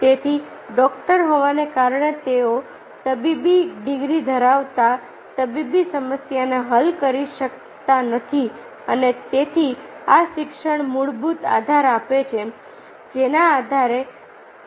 તેથી ડૉક્ટર હોવાને કારણે તબીબી ડિગ્રી ધરાવતા તબીબી સમસ્યાને હલ કરી શકાતી નથી અને તેથી આ શિક્ષણ મૂળભૂત આધાર આપે છે જેના આધારે તે સર્જનાત્મક કરી શકે છે